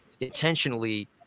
intentionally